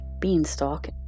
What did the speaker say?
beanstalk